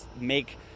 make